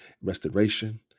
restoration